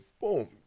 boom